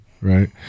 Right